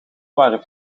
waren